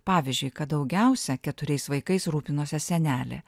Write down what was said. pavyzdžiui kad daugiausia keturiais vaikais rūpinosi senelė